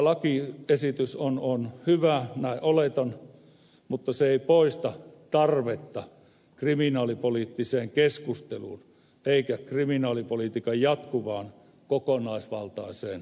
vaikka tämä lakiesitys on hyvä näin oletan se ei poista tarvetta kriminaalipoliittiseen keskusteluun eikä kriminaalipolitiikan jatkuvaan kokonaisvaltaiseen uudistamiseen